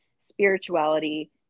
spirituality